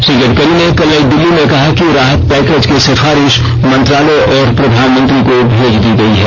श्री गड़करी ने कल नई दिल्ली में कहा कि राहत पैकेज की सिफारिश मंत्रालय और प्रधानमंत्री को भेज दी गई है